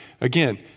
Again